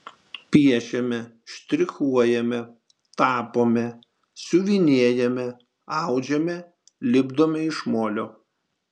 piešiame štrichuojame tapome siuvinėjame audžiame lipdome iš molio